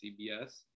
CBS